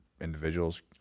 individuals